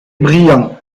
brillant